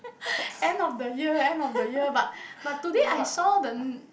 end of the year end of the year but but today I saw the n~